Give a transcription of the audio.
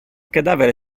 cadavere